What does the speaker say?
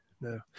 no